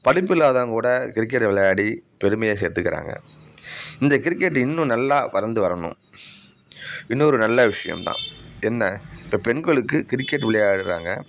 படிப்பு இல்லாதவன் கூட கிரிக்கெட் விளையாடி பெருமையை சேர்த்துக்கறாங்க இந்த கிரிக்கெட் இன்னும் நல்லா வளந்து வரணும் இன்னும் ஒரு நல்ல விஷியம் தான் என்ன இப்போ பெண்களுக்கு கிரிக்கெட் விளையாடுகிறாங்க